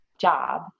job